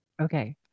Okay